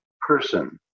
person